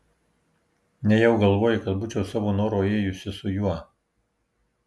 nejau galvoji kad būčiau savo noru ėjusi su juo